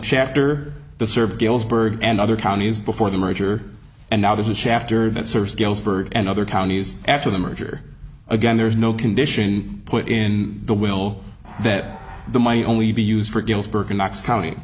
chapter the serve galesburg and other counties before the merger and now there's a chapter that serves galesburg and other counties after the merger again there is no condition put in the will that the my only be used for galesburg in knox county